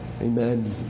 Amen